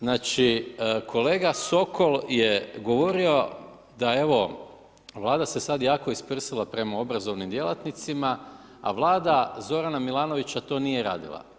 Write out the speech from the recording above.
Znači, kolega Sokol je govorio da, evo, Vlada se sada jako isprsila prema obrazovnim djelatnicima, a Vlada Zorana Milanovića, to nije radila.